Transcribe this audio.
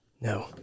No